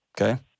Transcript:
Okay